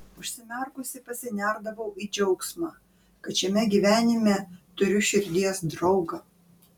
užsimerkusi pasinerdavau į džiaugsmą kad šiame gyvenime turiu širdies draugą